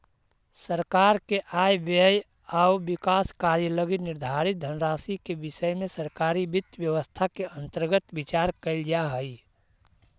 सरकार के आय व्यय आउ विकास कार्य लगी निर्धारित धनराशि के विषय में सरकारी वित्त व्यवस्था के अंतर्गत विचार कैल जा हइ